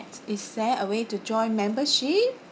is there a way to join membership